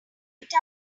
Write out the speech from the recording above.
right